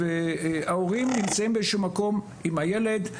ההורים נמצאים באיזשהו מקום עם הילד.